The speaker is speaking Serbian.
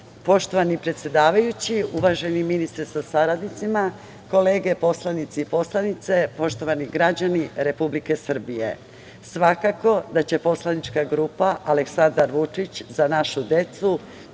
predsedavajući, uvaženi ministre sa saradnicima, kolege poslanici i poslanice, poštovani građani Republike Srbije, svakako da će poslanička grupa Aleksandar Vučić – Za našu decu